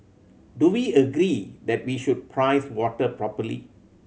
do we agree that we should price water properly